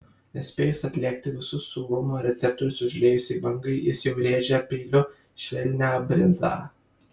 nespėjus atlėgti visus sūrumo receptorius užliejusiai bangai jis jau rėžia peiliu švelnią brinzą